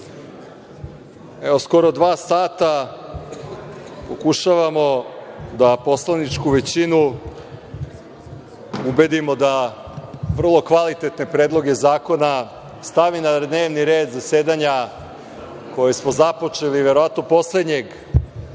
skoro dva sata pokušavamo da poslaničku većinu ubedimo da vrlo kvalitetne predloge zakona stavi na dnevni red zasedanja koje smo započeli, verovatno poslednjeg